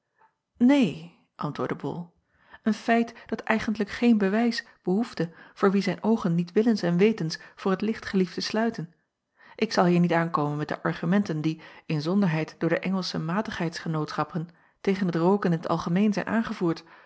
een antwoordde ol een feit dat eigentlijk geen bewijs behoefde voor wie zijn oogen niet willens en wetens voor t licht gelieft te sluiten k zal hier niet aankomen met de argumenten die inzonderheid door de ngelsche atigheidgenootschappen tegen het rooken in t algemeen zijn aangevoerd